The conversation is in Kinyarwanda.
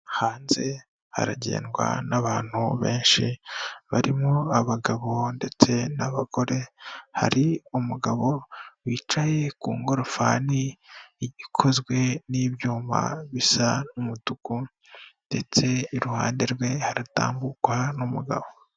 Hanze haragendwa n'abantu benshi barimo abagabo ndetse n'abagore hari umugabo wicaye ku ngorofani ikozwe n'ibyuma bisa n'umutuku ndetse iruhande rwe haratambukwa n'umugabo.